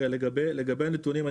לגבי הנתונים,